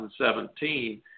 2017